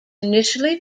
initially